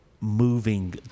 moving